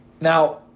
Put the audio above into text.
Now